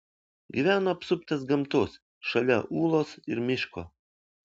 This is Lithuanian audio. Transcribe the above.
gyveno apsuptas gamtos šalia ūlos ir miško